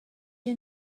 you